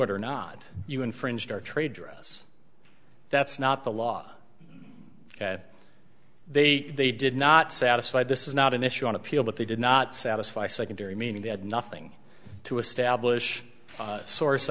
it or not you infringed our trade dress that's not the law they they did not satisfy this is not an issue on appeal but they did not satisfy secondary meaning they had nothing to establish source